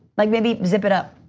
like maybe zip it up.